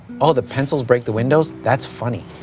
oh, the pencils break the windows? that's funny.